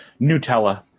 Nutella